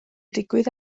digwydd